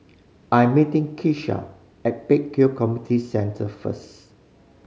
I'm meeting Keshia at Pek Kio Community Centre first